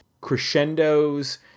crescendos